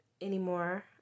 anymore